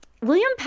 William